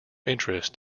interest